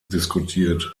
diskutiert